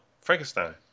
Frankenstein